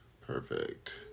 Perfect